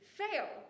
fail